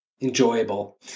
enjoyable